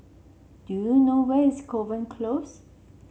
do you know where is Kovan Close